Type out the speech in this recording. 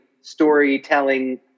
storytelling